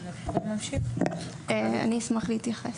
אני אשמח להתייחס.